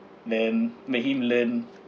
then make him learn